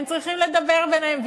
הם צריכים לדבר ביניהם.